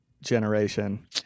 generation